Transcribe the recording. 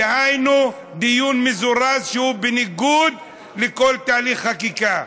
דהיינו, דיון מזורז שהוא בניגוד לכל תהליך חקיקה.